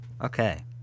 okay